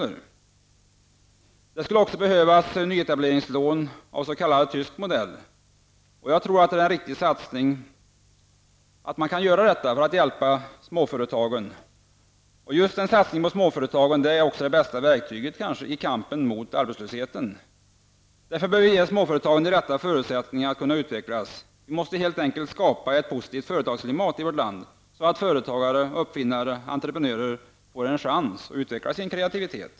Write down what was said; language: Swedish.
Det behövs också nyetableringslån av s.k. tysk modell. Jag tror att en riktig satsning på småföretagen är det bästa verktyget i kampen mot arbetslösheten. Därför bör vi också ge småföretagen de rätta förutsättningarna att kunna utvecklas. Vi måste helt enkelt skapa ett positivt företagsklimat i vårt land så att företagare, uppfinnare och entreprenörer får en chans att utveckla sin kreativitet.